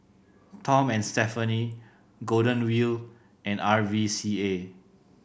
Tom and Stephanie Golden Wheel and R V C A